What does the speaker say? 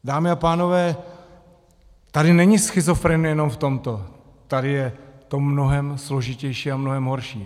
Dámy a pánové, tady není schizofrenie jenom v tomto, tady je to mnohem složitější a mnohem horší.